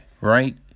right